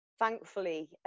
thankfully